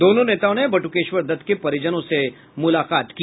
दोनों नेताओं ने बटुकेश्वर दत्त के परिजनों से मुलाकात की